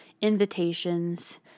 invitations